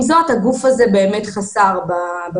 עם זאת, הגוף הזה באמת חסר בממשלה.